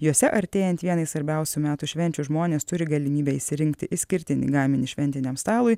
juose artėjant vienai svarbiausių metų švenčių žmonės turi galimybę išsirinkti išskirtinį gaminį šventiniam stalui